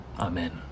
Amen